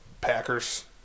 Packers